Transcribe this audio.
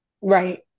Right